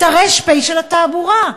את הר"פ של התעבורה,